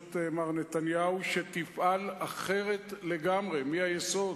בראשות מר נתניהו שתפעל אחרת לגמרי, מן היסוד.